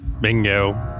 Bingo